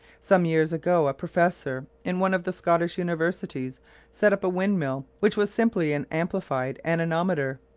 some years ago a professor in one of the scottish universities set up a windmill which was simply an amplified anemometer,